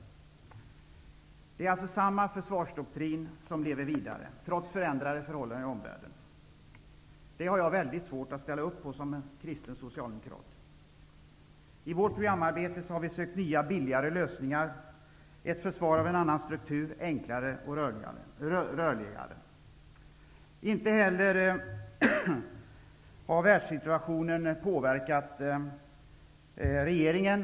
Samma försvardoktrin lever alltså vidare, trots förändrade förhållanden i omvärlden. Det har jag som kristen socialdemokrat väldigt svårt att ställa upp på. I vårt programarbete har vi sökt nya, billigare lösningar, ett försvar av en annan struktur -- enklare och rörligare. Inte heller världssituationen har påverkat regeringen.